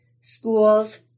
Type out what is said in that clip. schools